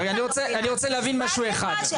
אני לא מבינה, מצטערת.